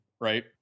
right